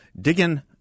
digging